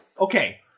okay